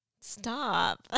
Stop